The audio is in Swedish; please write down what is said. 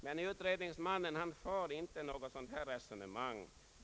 Men utredningsmannen för inte ett sådant resonemang.